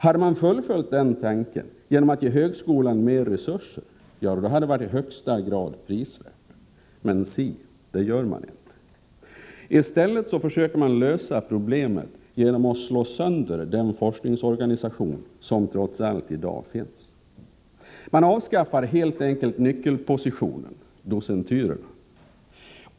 Hade man fullföljt den tanken genom att ge högskolan mer resurser, då hade det varit i högsta grad prisvärt. Men si, det gör man inte. I stället försöker man lösa problemet genom att slå sönder den forskningsorganisation som trots allt i dag finns. Man avskaffar helt enkelt nyckelpositionen: docenturerna.